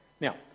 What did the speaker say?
Now